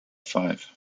five